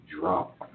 drop